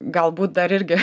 galbūt dar irgi